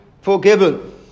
forgiven